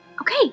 Okay